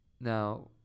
Now